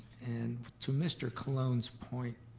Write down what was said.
and to mr. colon's point,